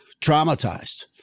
traumatized